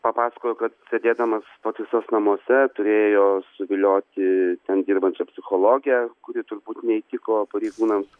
papasakojo kad sėdėdamas pataisos namuose turėjo suvilioti ten dirbančią psichologę kuri turbūt neįtiko pareigūnams